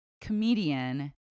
comedian